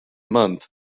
month